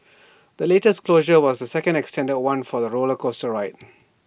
the latest closure was the second extended one for the roller coaster ride